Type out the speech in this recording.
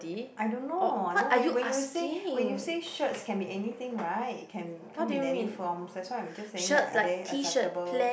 I don't know I don't even when you say when you say shirts can be anything right can come in any form that's why I just saying like are they acceptable